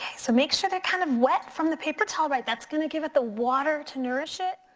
so make sure they're kind of wet from the paper towel, right, that's gonna give it the water to nourish it,